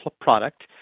product